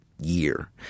year